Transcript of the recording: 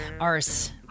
arse